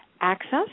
access